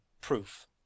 Proof